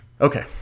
Okay